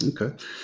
Okay